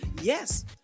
yes